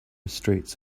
streets